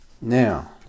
Now